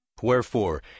Wherefore